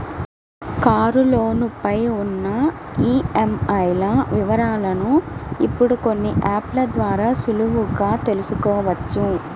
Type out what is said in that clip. కారులోను పై ఉన్న ఈఎంఐల వివరాలను ఇప్పుడు కొన్ని యాప్ ల ద్వారా సులువుగా తెల్సుకోవచ్చు